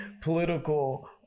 political